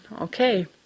okay